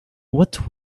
what